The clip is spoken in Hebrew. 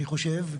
אני חושב.